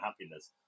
happiness